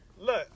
Look